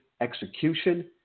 execution